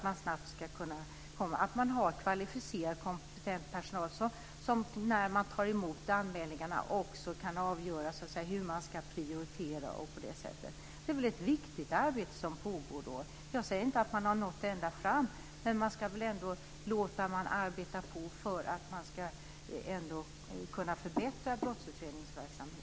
Man ska ha kvalificerad, kompetent personal som när de tar emot anmälningarna kan avgöra hur de ska prioritera. Det är ett viktigt arbete som pågår. Jag säger inte att de har nått ända fram, men man ska väl ändå låta dem arbeta på för att kunna förbättra brottsutredningsverksamheten.